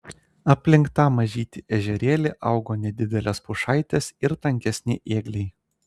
aplink tą mažytį ežerėlį augo nedidelės pušaitės ir tankesni ėgliai